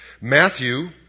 Matthew